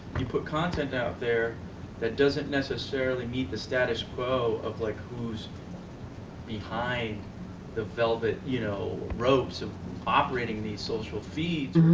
you put content out there that doesn't necessarily meet the status quo of like who's behind the velvet, you know, ropes operating these social feeds,